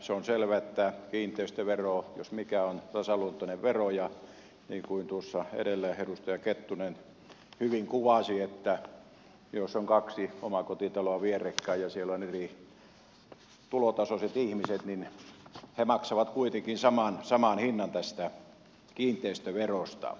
se on selvä että kiinteistövero jos mikä on tasaluontoinen vero ja niin kuin tuossa edellä edustaja kettunen hyvin kuvasi jos on kaksi omakotitaloa vierekkäin ja siellä on eri tulotasoiset ihmiset he maksavat kuitenkin saman hinnan tästä kiinteistöverosta